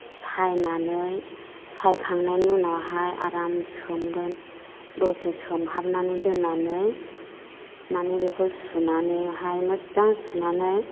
सायनानै सायखांनायनि उनावहाय आराम सोमगोन दसे सोमहाबनानै दोननानै माने बेखौ सुनानैहाय मोजां सुनानै